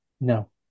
No